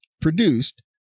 produced